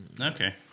Okay